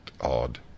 odd